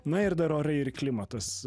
na ir dar orai ir klimatas